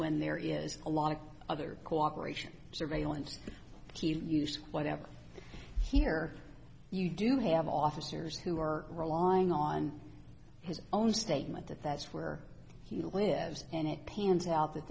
when there is a lot of other cooperation surveillance he'll use whatever here you do have officers who are relying on his own statement that that's where he lives and it pans out that